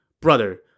Brother